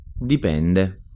dipende